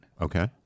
Okay